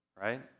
right